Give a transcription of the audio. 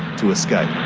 to escape.